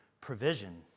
provision